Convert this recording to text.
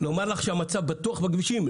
לומר לך שהמצב בטוח בכבישים?